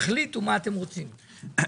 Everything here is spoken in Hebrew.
תחליטו מה אתם רוצים.